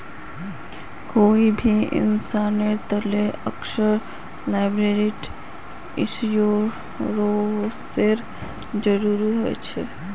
कोई भी इंसानेर तने अक्सर लॉयबिलटी इंश्योरेंसेर जरूरी ह छेक